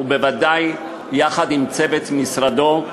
ובוודאי יחד עם צוות משרדו,